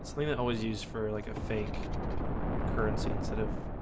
selina always used for like a fake currency instead of